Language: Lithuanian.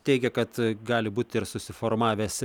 teigia kad gali būti ir susiformavęs